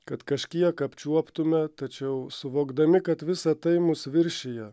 kad kažkiek apčiuoptume tačiau suvokdami kad visa tai mus viršija